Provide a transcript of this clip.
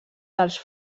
dels